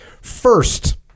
First